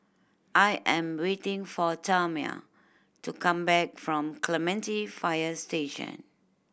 I am waiting for Tamia to come back from Clementi Fire Station